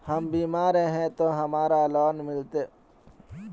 हम बीमार है ते हमरा लोन मिलते?